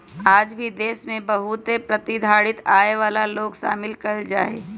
आज भी देश में बहुत ए प्रतिधारित आय वाला लोग शामिल कइल जाहई